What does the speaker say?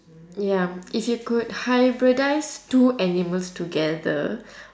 ya if you could hybridise two animals together